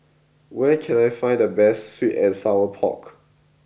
where can I find the best Sweet and Sour Pork